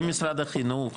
עם משרד החינוך,